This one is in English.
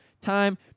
time